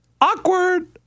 awkward